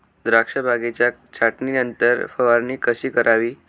द्राक्ष बागेच्या छाटणीनंतर फवारणी कशी करावी?